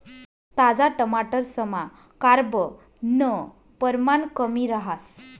ताजा टमाटरसमा carbon परमाण कमी रहास